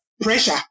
pressure